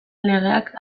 legeak